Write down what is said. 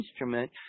instrument